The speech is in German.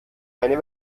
eine